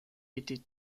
était